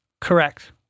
Correct